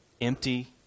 empty